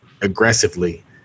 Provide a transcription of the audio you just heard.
aggressively